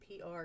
PR